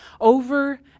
over